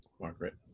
Margaret